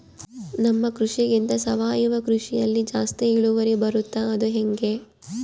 ನಮ್ಮ ಕೃಷಿಗಿಂತ ಸಾವಯವ ಕೃಷಿಯಲ್ಲಿ ಜಾಸ್ತಿ ಇಳುವರಿ ಬರುತ್ತಾ ಅದು ಹೆಂಗೆ?